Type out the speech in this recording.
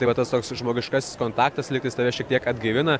tai va tas toks žmogiškas kontaktas lyg tais tave šiek tiek atgaivina